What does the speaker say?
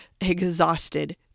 exhausted